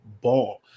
ball